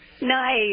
Nice